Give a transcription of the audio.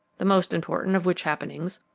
the most important of which happenings,